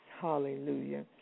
Hallelujah